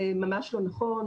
זה ממש לא נכון.